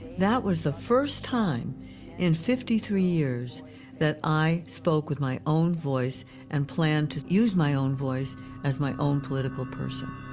that was the first time in fifty three years that i spoke with my own voice and planned to use my own voice as my own political person.